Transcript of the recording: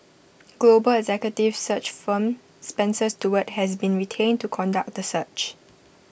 global executive search firm Spencer Stuart has been retained to conduct the search